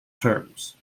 terms